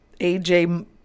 AJ